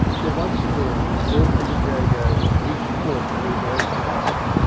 till once again all through the jago each fought for his own hand.